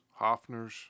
Hoffners